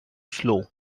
slow